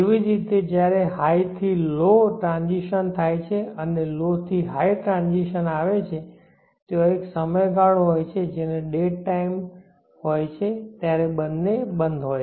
તેવી જ રીતે જ્યારે હાઈ થી લો ટ્રાન્સીશન થાય છે અને આ લો થી હાઈ આવે છે ત્યાં એક સમયગાળો હોય છે જ્યારે ડેડ ટાઇમ હોય છે ત્યારે બંને બંધ હોય